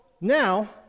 now